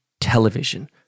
television